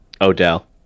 Odell